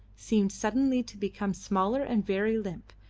seemed suddenly to become smaller and very limp,